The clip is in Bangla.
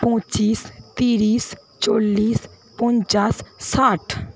পঁচিশ তিরিশ চল্লিশ পঞ্চাশ ষাট